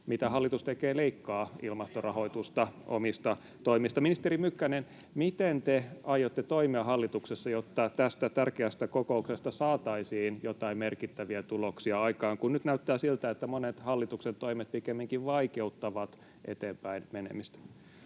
Ei ole rahaa!] Leikkaa ilmastorahoitusta omista toimista. Ministeri Mykkänen, miten te aiotte toimia hallituksessa, jotta tästä tärkeästä kokouksesta saataisiin joitain merkittäviä tuloksia aikaan? Nyt näyttää siltä, että monet hallituksen toimet pikemminkin vaikeuttavat eteenpäin menemistä.